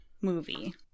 movie